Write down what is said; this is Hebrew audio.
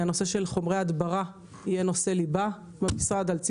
הנושא של חומרי הדברה יהיה נושא ליבה במשרד ויבדוק